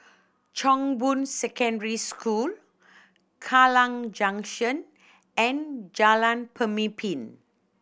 Chong Boon Secondary School Kallang Junction and Jalan Pemimpin